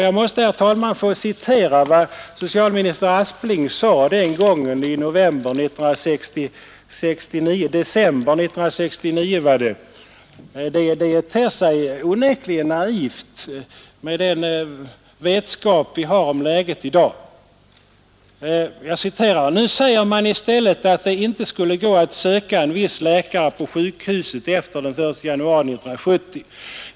Jag måste, herr talman, få citera ett uttalande av socialminister Aspling i riksdagen i december 1969, som onekligen ter sig naivt, med den vetskap vi har om läget i dag: ”Nu säger man i stället att det inte skulle gå att söka en viss läkare på sjukhuset efter den 1 januari 1970.